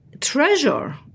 treasure